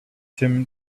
him